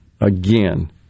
again